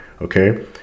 Okay